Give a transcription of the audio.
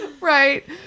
Right